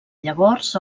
llavors